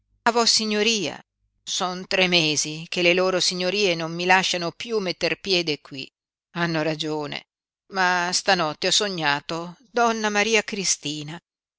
vossignoria son tre mesi che le loro signorie non mi lasciano piú metter piede qui hanno ragione ma stanotte ho sognato donna maria cristina